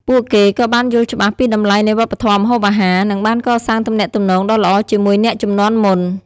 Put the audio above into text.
ពួកគេក៏បានយល់ច្បាស់ពីតម្លៃនៃវប្បធម៌ម្ហូបអាហារ និងបានកសាងទំនាក់ទំនងដ៏ល្អជាមួយអ្នកជំនាន់មុន។